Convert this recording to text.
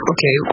Okay